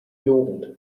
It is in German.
jugend